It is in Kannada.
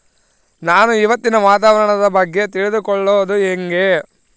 ನಾನು ಇವತ್ತಿನ ವಾತಾವರಣದ ಬಗ್ಗೆ ತಿಳಿದುಕೊಳ್ಳೋದು ಹೆಂಗೆ?